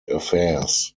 affairs